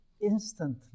instantly